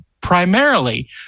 primarily